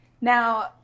Now